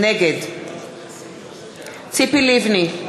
נגד ציפי לבני,